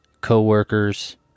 co-workers